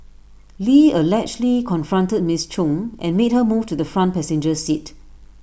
lee allegedly confronted miss chung and made her move to the front passenger seat